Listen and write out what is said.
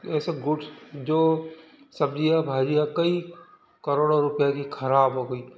ऐसे गुड्स जो सब्जियाँ भाजियाँ कई करोड़ों रुपयों की खराब हो गई